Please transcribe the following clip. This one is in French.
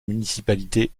municipalité